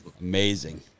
amazing